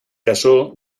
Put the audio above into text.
casó